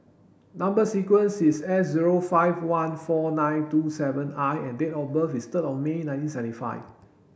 number sequence is S zero five one four nine two seven I and date of birth is third of May nineteen seventy five